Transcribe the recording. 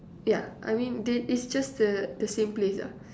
yeah I mean they it's just the the same place lah